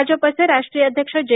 भाजपचे राष्ट्रीय अध्यक्ष जे